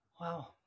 wow